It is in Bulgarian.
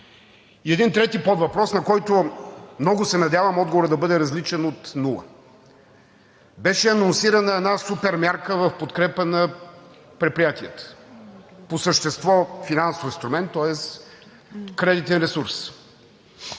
един трети подвъпрос, на който много се надявам отговорът да бъде различен от нула. Беше анонсирана една супер мярка в подкрепа на предприятията, по същество финансов инструмент, тоест кредитен ресурс.